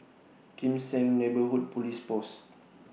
Kim Seng Neighbourhood Police Post